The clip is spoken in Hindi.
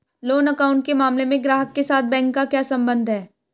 लोन अकाउंट के मामले में ग्राहक के साथ बैंक का क्या संबंध है?